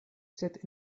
sed